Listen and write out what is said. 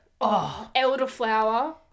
Elderflower